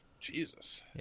Jesus